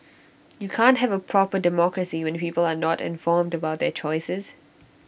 you can't have A proper democracy when people are not informed about their choices